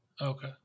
Okay